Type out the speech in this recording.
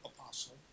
apostle